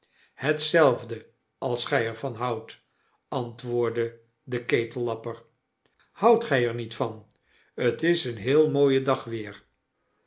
hetzelfde als gy er van houdt antwoordde de ketellapper houdt gy er niet van t is een heel mooie dag weer